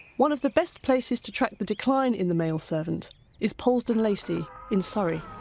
one of the best places to track the decline in the male service is polesden lacey in surrey.